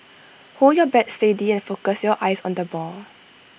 hold your bat steady and focus your eyes on the ball